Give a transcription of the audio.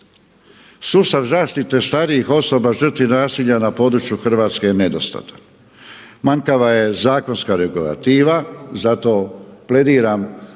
Sustav zaštite starijih osoba žrtvi nasilja na području Hrvatske je nedostatan. Manjkava je zakonska regulativa, zato plediram da se